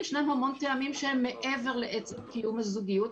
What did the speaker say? ישנם המון טעמים שהם מעבר לעצם קיום הזוגיות,